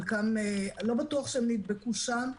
חלקם לא בטוח נדבקו שם,